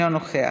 אינו נוכח.